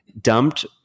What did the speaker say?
Dumped